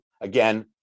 Again